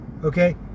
okay